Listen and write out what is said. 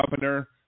governor